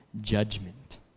judgment